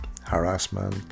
harassment